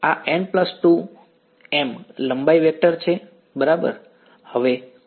તો આ n2 m લંબાઈ વેક્ટર છે બરાબર